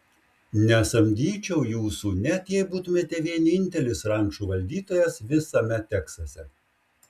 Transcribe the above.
nesamdyčiau jūsų net jei būtumėte vienintelis rančų valdytojas visame teksase